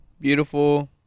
beautiful